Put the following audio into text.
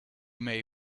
may